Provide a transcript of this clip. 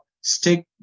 stick